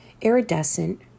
iridescent